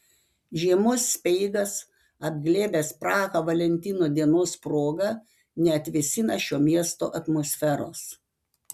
žiemos speigas apglėbęs prahą valentino dienos proga neatvėsina šio miesto atmosferos